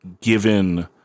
given